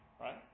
Right